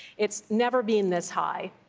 it's never been this high.